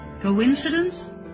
Coincidence